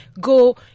go